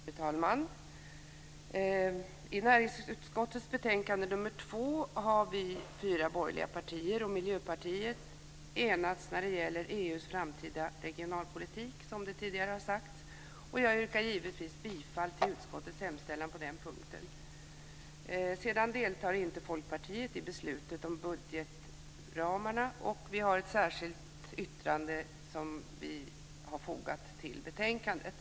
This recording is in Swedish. Fru talman! I näringsutskottets betänkande nr 2 har vi fyra borgerliga partier och Miljöpartiet enats när det gäller EU:s framtida regionalpolitik, som tidigare har sagts. Jag yrkar givetvis bifall till utskottets förslag på den punkten. Folkpartiet deltar inte i beslutet om budgetramarna, och vi har ett särskilt yttrande som vi har fogat till betänkandet.